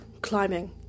climbing